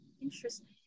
Interesting